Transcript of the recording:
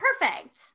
Perfect